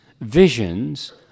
visions